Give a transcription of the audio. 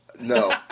No